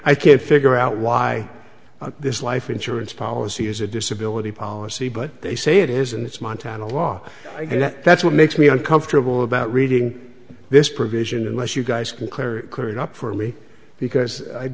i can't figure out why this life insurance policy is a disability policy but they say it is and it's montana law and that's what makes me uncomfortable about reading this provision unless you guys can clear clear it up for me because i